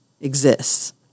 exists